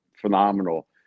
phenomenal